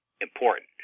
important